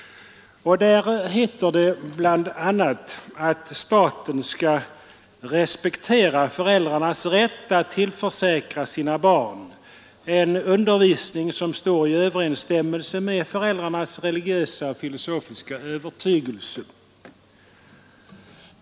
Där heter det bl.a. att staten skall respektera föräldrarnas rätt att tillförsäkra sina barn en undervisning som står i överensstämmelse med föräldrarnas religiösa och filosofiska övertygelse.